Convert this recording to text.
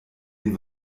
den